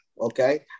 Okay